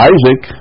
Isaac